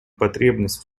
потребность